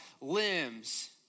limbs